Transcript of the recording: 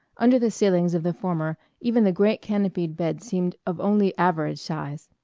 under the ceilings of the former even the great canopied bed seemed of only average size.